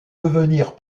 devenir